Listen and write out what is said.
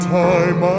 time